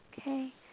Okay